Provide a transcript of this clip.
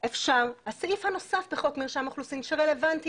הסעיף הנוסף בחוק מרשם האוכלוסין שרלוונטי